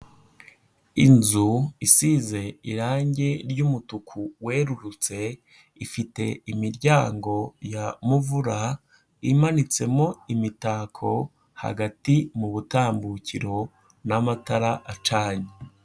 Inzu isize irangi ry'umutuku werurutse, ifite imiryango ya muvura, imanitsemo imitako hagati mu butambukiro n'amatara acanye.